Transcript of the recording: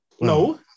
no